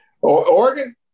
Oregon